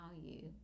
value